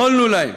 יכולנו להם